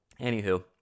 anywho